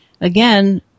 again